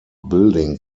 building